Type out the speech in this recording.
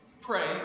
Pray